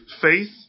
faith